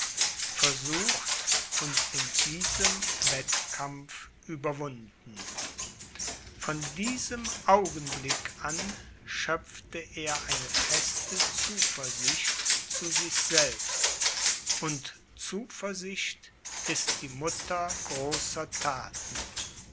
versucht und in diesem wettkampf überwunden von diesem augenblick an schöpfte er eine feste zuversicht zu sich selbst und zuversicht ist die mutter großer thaten